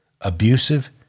abusive